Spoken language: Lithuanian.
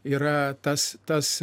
yra tas tas